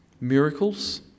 Miracles